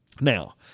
Now